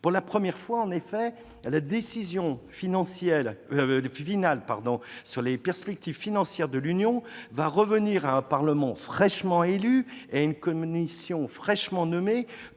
Pour la première fois, en effet, la décision finale sur les perspectives financières de l'Union européenne va revenir à un Parlement européen fraîchement élu et à une Commission elle-même fraîchement nommée,